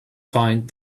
find